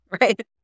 right